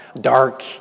dark